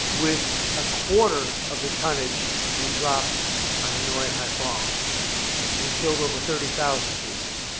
with a quarter of the tonnage we dropped on hanoi and haiphong and killed over thirty thousand people.